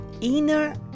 inner